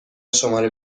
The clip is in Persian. شماره